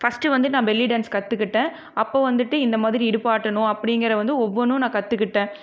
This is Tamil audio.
ஃபஸ்ட்டு வந்து நான் பெல்லி டான்ஸ் கத்துக்கிட்டேன் அப்போ வந்துட்டு இந்த மாதிரி இடுப்பை ஆட்டணும் அப்படிங்கிற வந்து ஒவ்வொன்றும் நான் கத்துக்கிட்டேன்